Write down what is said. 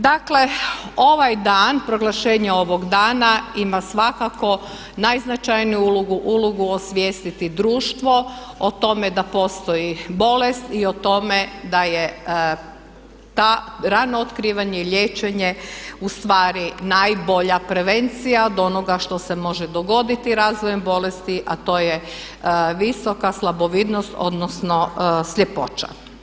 Dakle ovaj dan, proglašenje ovog dana ima svakako najznačajniju ulogu, ulogu osvijestiti društvo o tome da postoji bolest i o tome da je to rano otkrivanje i liječenje ustvari najbolja prevencija od onoga što se može dogoditi razvojem bolesti, a to je visoka slabovidnost odnosno sljepoća.